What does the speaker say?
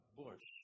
bush